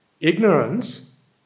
Ignorance